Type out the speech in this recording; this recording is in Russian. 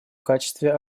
качестве